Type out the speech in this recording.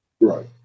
Right